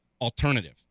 alternative